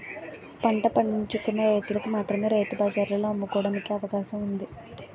పంట పండించుకున్న రైతులకు మాత్రమే రైతు బజార్లలో అమ్ముకోవడానికి అవకాశం ఉంది